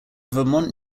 vermont